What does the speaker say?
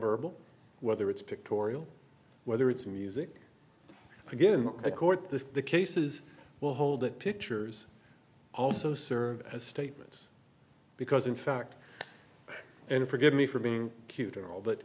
verbal whether it's pictorial whether it's music again or a court the cases will hold it pictures also serve as statements because in fact and forgive me for being cute or all